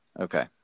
Okay